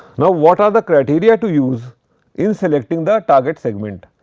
now, what are the criteria to use in selecting the target segment?